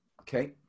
Okay